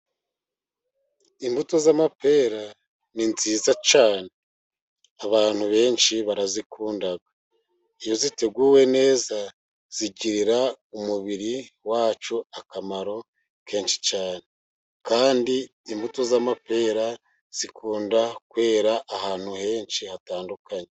Imbuto z'amapera ni nziza cyane abantu benshi barazikunda. Iyo ziteguwe neza zigirira umubiri wacu akamaro kenshi cyane, kandi imbuto z'amapera zikunda kwera ahantu henshi hatandukanye.